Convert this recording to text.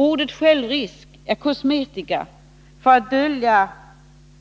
Ordet självrisk är kosmetika för att dölja